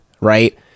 right